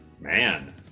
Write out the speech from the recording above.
Man